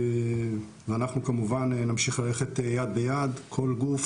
ואנחנו כמובן נמשיך ללכת יד ביד, כל גוף